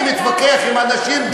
אני מתווכח עם אנשים גזעניים, ולא אתך.